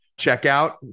checkout